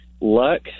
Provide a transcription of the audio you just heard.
Luck